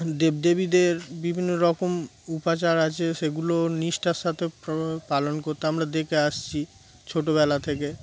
দেবদেবীদের বিভিন্ন রকম উপচার আছে সেগুলো নিষ্ঠার সাথে পালন করতে আমরা দেখে আসছি ছোটোবেলা থেকে